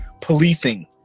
policing